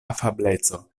afableco